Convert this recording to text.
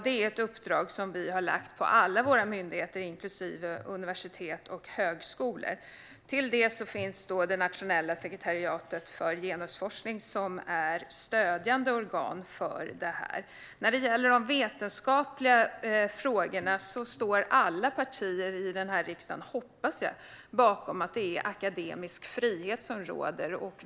Det är ett uppdrag som vi har lagt på alla våra myndigheter, inklusive universitet och högskolor. Till det finns Nationella sekretariatet för genusforskning, som är stödjande organ för det här. När det gäller de vetenskapliga frågorna står alla partier i den här riksdagen, hoppas jag, bakom att akademisk frihet råder.